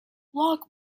lock